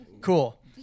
Cool